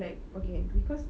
like okay cause